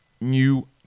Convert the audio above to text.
new